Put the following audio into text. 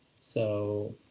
so,